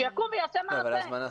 שיקום ויעשה מעשה.